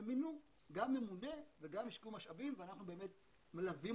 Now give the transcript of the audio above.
הם מינו ממונה וגם השקיעו משאבים ואנחנו באמת מלווים